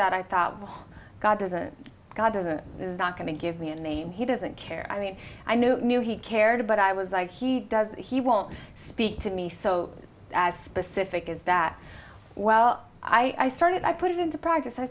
that i thought god isn't god or that is not going to give me a name he doesn't care i mean i knew i knew he cared but i was like he does he won't speak to me so as specific as that well i started i put it into practice i